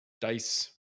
Dice